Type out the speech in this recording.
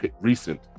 recent